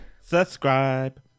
Subscribe